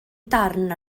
darn